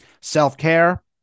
self-care